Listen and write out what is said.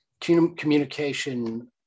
communication